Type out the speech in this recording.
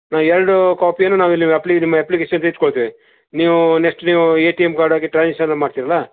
ಹಾಂ ಎರಡು ಕಾಪಿಯನ್ನು ನಾವು ಇಲ್ಲಿ ಅಪ್ಲಿಕೇಷನ್ ನಿಮ್ಮ ಅಪ್ಲಿಕೇಷನ್ ಜೊತೆ ಇಟ್ಟುಕೊಳ್ತೇವೆ ನೀವು ನೆಕ್ಸ್ಟ್ ನೀವು ಎ ಟಿ ಎಮ್ ಕಾರ್ಡಿಗೆ ಟ್ರಾನ್ಸ್ಯಾಕ್ಷನ್ ಮಾಡ್ತಿರಲ್ಲ